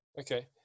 Okay